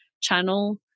channel